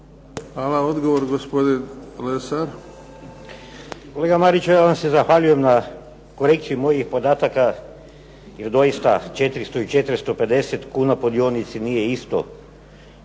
Dragutin (Nezavisni)** Kolega Mariću, ja vam se zahvaljujem na korekciji mojih podataka, jer doista 400 i 450 kuna po dionici nije isto.